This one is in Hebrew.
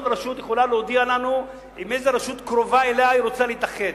כל רשות יכולה להודיע לנו עם איזו רשות קרובה אליה היא רוצה להתאחד,